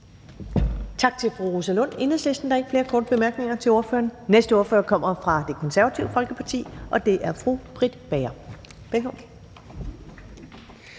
Tak til fru Rosa Lund, Enhedslisten. Der er ikke flere korte bemærkninger til ordføreren. Den næste ordfører kommer fra Det Konservative Folkeparti, og det er fru Britt Bager.